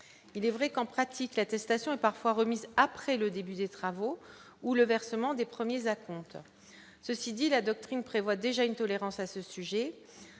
il est vrai qu'en pratique, l'attestation et parfois remise après le début des travaux ou le versement des premiers acomptes, ceci dit, la doctrine prévoit déjà une tolérance à ce sujet,